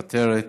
מוותרת,